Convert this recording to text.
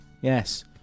Yes